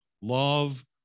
love